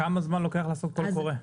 כמה זמן לוקח לעשות קול קורא?